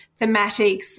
thematics